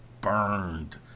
burned